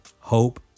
hope